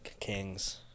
kings